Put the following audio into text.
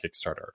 Kickstarter